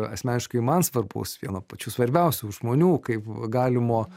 asmeniškai man svarbus vieno pačių svarbiausių žmonių kaip galimo